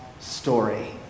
story